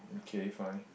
K fine